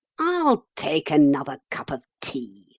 i'll take another cup of tea,